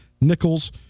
Nichols